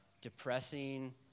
depressing